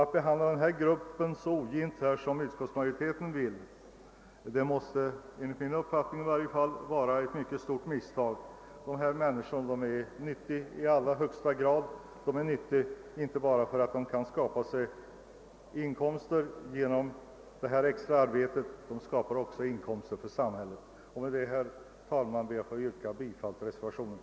Att behandla denna grupp så ogint, som utskottsmajoriteten = vill, måste enligt min uppfattning vara ett mycket stort misstag. Dessa människor är nyttiga i allra högsta grad, inte bara därigenom att de kan skapa sig inkomster genom sitt extra arbete, utan också genom att skapa inkomster för samhället. Herr talman! Med detta ber jag att få yrka bifall till reservationen.